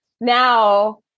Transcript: now